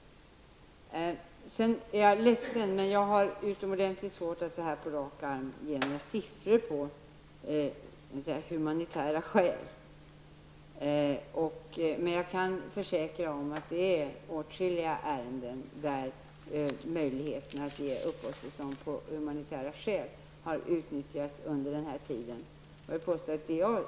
Jag är ledsen, men jag har utomordentligt svårt att på rak arm ge några siffror på hur ofta hänsyn tas till humanitära skäl. Jag kan emellertid försäkra att möjligheterna att ge uppehållstillstånd av humanitära skäl har utnyttjats i åtskilliga ärenden under den här tiden.